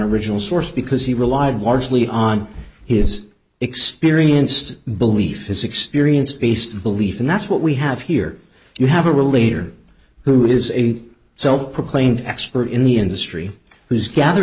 original source because he relied largely on his experienced belief his experience based belief and that's what we have here you have a real leader who is a self proclaimed expert in the industry whose gather